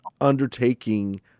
undertaking